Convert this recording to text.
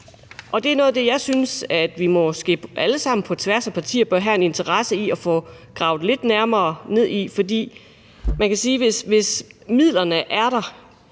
Det er noget af det, som jeg synes vi måske alle sammen på tværs af partierne bør have en interesse i at få gravet lidt nærmere ned i, for man kan sige, at hvis midlerne er der,